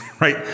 right